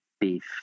beef